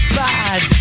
bad